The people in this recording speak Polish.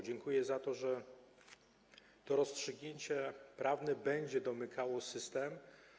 Dziękuję za to, że to rozstrzygnięcie prawne będzie domykało system.